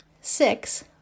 Six